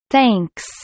Thanks